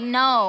no